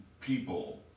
people